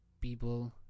people